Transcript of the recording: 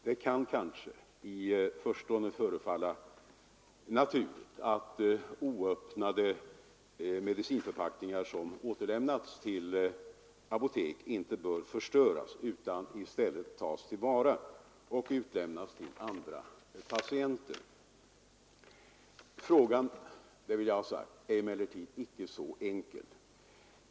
Det kan kanske i förstone förefalla naturligt att oöppnade medicinförpackningar som återlämnats till apotek inte bör förstöras utan i stället tas till vara och utlämnas till andra patienter. Frågan är emellertid inte så enkel.